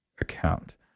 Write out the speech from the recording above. account